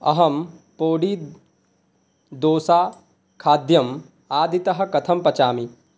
अहं पोडी दोसा खाद्यम् आदितः कथं पचामि